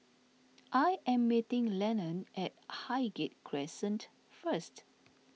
I am meeting Lennon at Highgate Crescent first